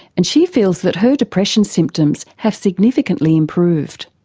and she feels that her depression symptoms have significantly improved.